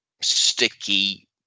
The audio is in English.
sticky